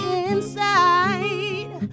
inside